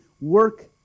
work